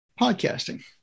podcasting